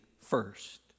first